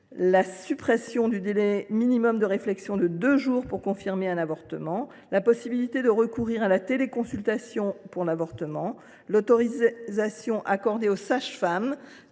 ; suppression du délai minimum de réflexion de deux jours pour confirmer un avortement ; possibilité de recourir à la téléconsultation pour l’avortement ; autorisation accordée aux sages femmes